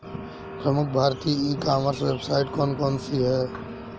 प्रमुख भारतीय e commerce website कौन कौन सी हैं?